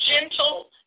gentle